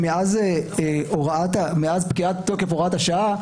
שמאז פקיעת תוקף הוראת השעה,